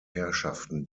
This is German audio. herrschaften